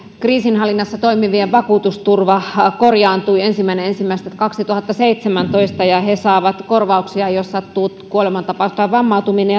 kriisinhallinnassa toimivien vakuutusturva korjaantui ensimmäinen ensimmäistä kaksituhattaseitsemäntoista ja he saavat korvauksia jos sattuu kuolemantapaus tai vammautuminen